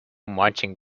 marching